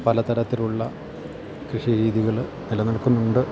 പല തരത്തിലുള്ള കൃഷി രീതികൾ നിലനിൽക്കുന്നുണ്ട്